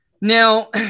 Now